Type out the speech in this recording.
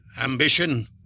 ambition